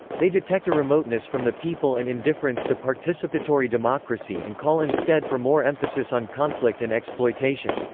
they detect a remoteness from the people and indifference to participatory democracy and call instead for more emphasis on conflict and exploitation.